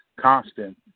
constant